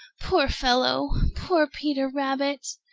poor fellow! poor peter rabbit!